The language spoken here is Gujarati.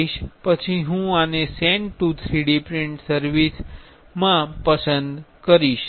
પછી હું આને sent to 3D print service પસંદ કરીશ